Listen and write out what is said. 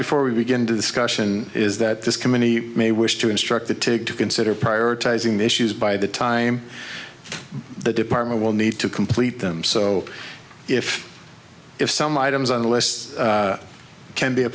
before we begin discussions is that this committee may wish to instruct the tick to consider prioritizing issues by the time the department will need to complete them so if if some items on the lists can be a